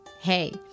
Hey